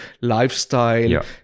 lifestyle